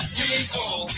people